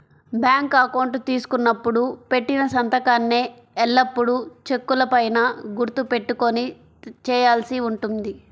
bank account తీసుకున్నప్పుడు పెట్టిన సంతకాన్నే ఎల్లప్పుడూ చెక్కుల పైన గుర్తు పెట్టుకొని చేయాల్సి ఉంటుంది